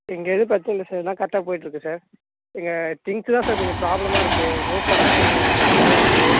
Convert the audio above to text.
இங்கே எதுவும் பிரச்சனை இல்லை சார் எல்லாம் கரெக்டாக போயிட்டிருக்கு சார் இங்கே திங்ஸ்ஸு தான் சார் கொஞ்சம் ப்ராப்ளமாக இருக்குது ரோப்பெல்லாம் கொஞ்சம் இதுவாக இருக்குது